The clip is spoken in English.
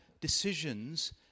decisions